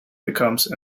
becomes